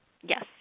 yes